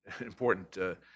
important